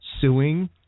suing